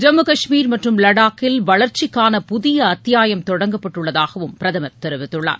ஜம்மு கஷ்மீர் மற்றும் லடாக்கில் வளர்ச்சிக்கான புதிய அத்தியாயம் தொடங்கப்பட்டுள்ளதாகவும் பிரதமர் தெரிவித்துள்ளார்